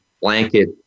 blanket